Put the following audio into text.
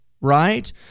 right